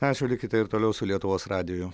aišku likite ir toliau su lietuvos radiju